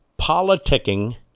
politicking